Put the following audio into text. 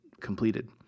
completed